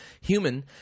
human